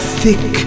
thick